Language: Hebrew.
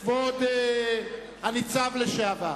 כבוד הניצב לשעבר.